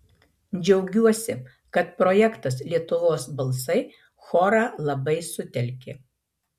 džiaugiuosi kad projektas lietuvos balsai chorą labai sutelkė